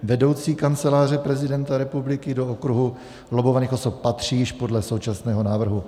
Vedoucí Kanceláře prezidenta republiky do kruhu lobbovaných osob patří již podle současného návrhu.